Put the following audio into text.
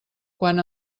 quan